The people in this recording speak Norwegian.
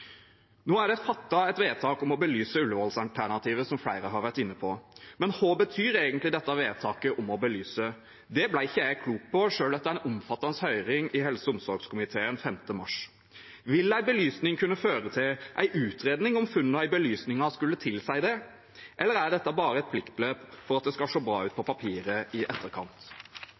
Nå er det fattet et vedtak om å belyse Ullevål-alternativet, som flere har vært inne på. Men hva betyr egentlig dette vedtaket om å belyse? Det ble ikke jeg klok på selv etter en omfattende høring i helse- og omsorgskomiteen 5. mars. Vil en belysning kunne føre til en utredning om funnene i belysningen skulle tilsi det? Eller er dette bare et pliktløp for at det skal se bra ut på papiret i etterkant?